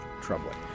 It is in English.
troubling